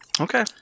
Okay